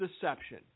deception